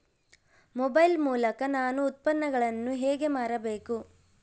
Mobile ಮೂಲಕ ನಾನು ಉತ್ಪನ್ನಗಳನ್ನು ಹೇಗೆ ಮಾರಬೇಕು?